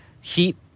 Heat